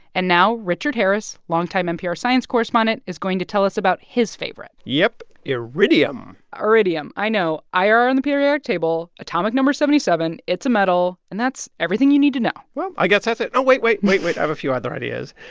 and now richard harris, longtime npr science correspondent, is going to tell us about his favorite yup, iridium ah iridium i know i r on the periodic table, atomic number seventy seven. it's a metal. and that's everything you need to know well, i guess that's it. oh, wait. wait. wait. wait. i have a few other ideas.